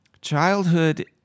Childhood